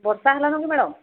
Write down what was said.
ବର୍ଷା ହେଲାନ କି ମ୍ୟାଡ଼ାମ୍